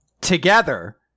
together